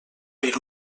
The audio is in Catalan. per